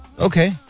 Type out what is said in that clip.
okay